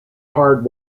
hard